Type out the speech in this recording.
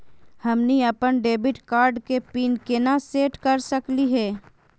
हमनी अपन debit card के पीन केना सेट कर सकली हे?